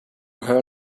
her